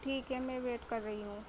ٹھیک ہے میں ویٹ کر رہی ہوں